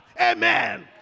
Amen